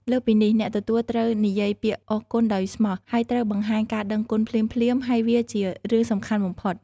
លើសពីនេះ អ្នកទទួលត្រូវនិយាយពាក្យអរគុណដោយស្មោះ ហើយត្រូវបង្ហាញការដឹងគុណភ្លាមៗ ហើយវាជារឿងសំខាន់បំផុត។